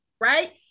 Right